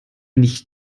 nicht